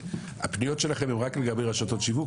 הפניות שלכם הם רק לגבי רשתות שיווק,